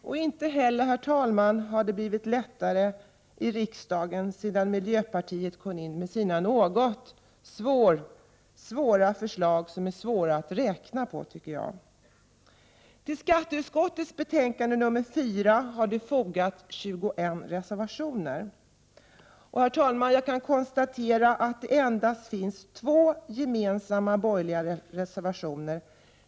Och inte ha det blivit lättare i riksdagen sedan miljöpartiet kom in med sina förslag; de ä svåra att räkna på, tycker jag. Till skatteutskottets betänkande 1988/89:4 har fogats 21 reservationer] Och jag kan konstatera, herr talman, att det endast finns två gemensamm: borgerliga reservationer.